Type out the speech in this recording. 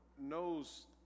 knows